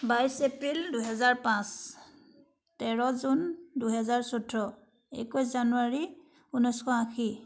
বাইছ এপ্ৰিল দুহেজাৰ পাঁচ তেৰ জুন দুহেজাৰ চৈধ্য একৈছ জানুৱাৰী ঊনৈছশ আশী